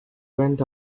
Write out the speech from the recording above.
went